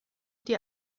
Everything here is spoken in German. dir